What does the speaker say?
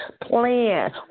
plan